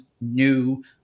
new